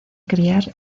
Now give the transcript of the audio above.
criar